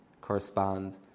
correspond